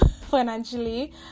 financially